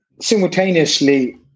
Simultaneously